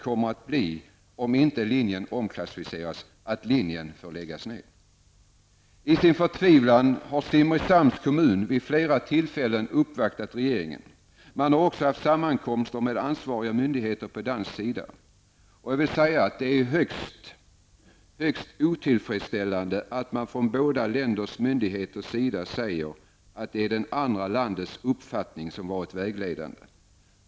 Om inte linjen omklassificeras, blir följden att den måste läggas ned. I sin förtvivlan har Simrishamns kommun vid flera tillfällen uppvaktat regeringen. Man har också haft sammankomster med ansvariga myndigheter på dansk sida. Det är högst otillfredsställande att man från båda länders myndigheters sida säger att det är det andra landets uppfattning som har varit vägledande.